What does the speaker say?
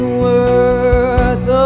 worth